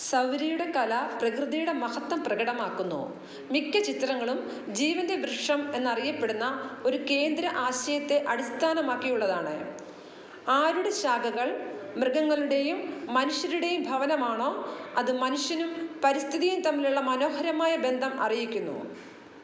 സൗരയുടെ കല പ്രകൃതിയുടെ മഹത്തം പ്രകടമാക്കുന്നു മിക്ക ചിത്രങ്ങളും ജീവന്റെ വൃക്ഷം എന്നറിയപ്പെടുന്ന ഒരു കേന്ദ്ര ആശയത്തെ അടിസ്ഥാനമാക്കിയുള്ളതാണ് ആരുടെ ശാഖകൾ മൃഗങ്ങളുടേയും മനുഷ്യരുടെയും ഭവനമാണോ അത് മനുഷ്യനും പരിസ്ഥിതിയും തമ്മിലുള്ള മനോഹരമായ ബന്ധം അറിയിക്കുന്നു